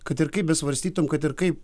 kad ir kaip besvarstytum kad ir kaip